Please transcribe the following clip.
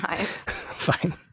fine